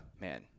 Man